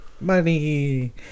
money